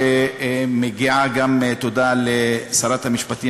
מגיעה גם תודה לשרת המשפטים,